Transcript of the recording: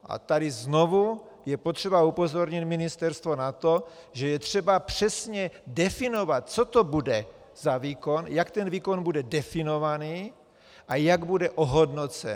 A tady je znovu potřeba upozornit ministerstvo na to, že je třeba přesně definovat, co to bude za výkon, jak ten výkon bude definovaný a jak bude ohodnocen.